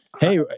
hey